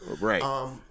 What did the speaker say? Right